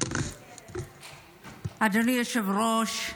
אדוני היושב-ראש,